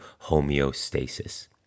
homeostasis